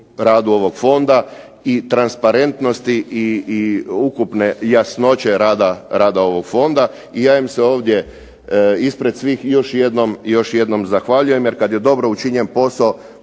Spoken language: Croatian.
radu ovog fonda i transparentnosti i ukupne jasnoće rada ovog fonda. I ja im se ovdje ispred svih još jednom zahvaljujem, jer kada je dobro učinjen posao